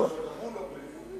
בהנחה שגם הוא לא בניגוד עניינים.